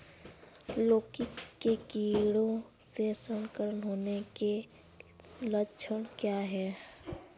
लौकी के कीड़ों से संक्रमित होने के लक्षण क्या हैं?